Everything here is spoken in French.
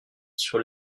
sur